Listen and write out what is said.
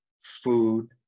food